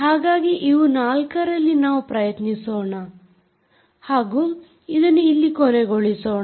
ಹಾಗಾಗಿ ಇವು ನಾಲ್ಕರಲ್ಲಿ ನಾವು ಪ್ರಯತ್ನಿಸೋಣ ಹಾಗೂ ಅದನ್ನು ಇಲ್ಲಿಗೆ ಕೊನೆಗೊಳಿಸೋಣ